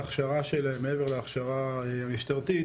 ההכשרה שלהם מעבר להכשרה המשטרתית,